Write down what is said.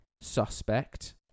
Suspect